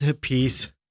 peace